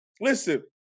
Listen